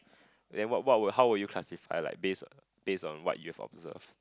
then what what will how will you classify like based based on what you've observed